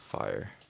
fire